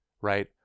right